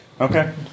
Okay